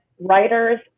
writers